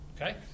okay